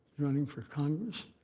running for congress,